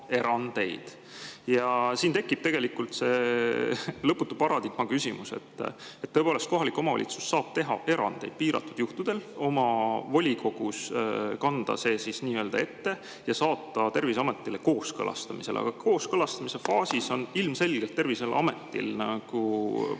Siin tekib tegelikult see lõputu paradigma küsimus. Tõepoolest, kohalik omavalitsus saab teha erandeid piiratud juhtudel, oma volikogus kanda see nii-öelda ette ja saata Terviseametile kooskõlastamisele. Aga kooskõlastamise faasis on ilmselgelt Terviseametil nagu valdav